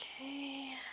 Okay